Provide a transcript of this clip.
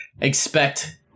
expect